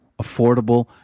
affordable